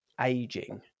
aging